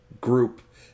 group